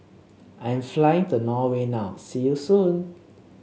I'm flying to Norway now see you soon